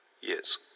Yes